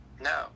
No